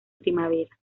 primavera